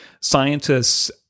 scientists